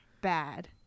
bad